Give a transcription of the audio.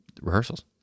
rehearsals